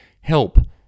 help